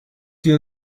die